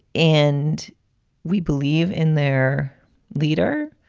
and we believe in their leader.